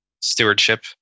stewardship